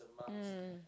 mm